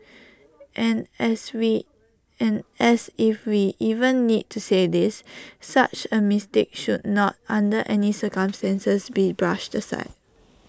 and as we and as if we even need to say this such A mistake should not under any circumstances be brushed aside